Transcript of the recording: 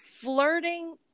flirting